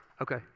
Okay